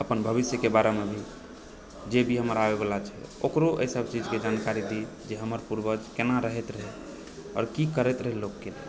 अपन भविष्यके बारेमे भी जे भी हमर आबैवला छै ओकरो एहिसब चीजके जानकारी दी जे हमर पूर्वज कोना रहैत रहै आओर की करैत रहै लोगके